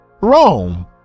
rome